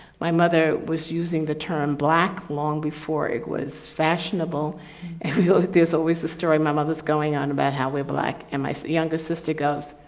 my mother was using the term black long before it was fashionable. and there's always a story my mother's going on about how we're black and my younger sister goes,